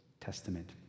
testament